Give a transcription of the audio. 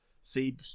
see